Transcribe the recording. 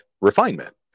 refinement